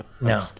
no